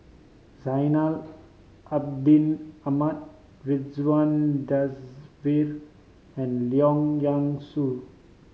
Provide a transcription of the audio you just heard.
Zainal Abidin Ahmad Ridzwan Dzafir and Leong Yee Soo